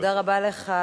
תודה רבה לך,